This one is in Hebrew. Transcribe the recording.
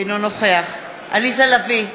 אינו נוכח עליזה לביא,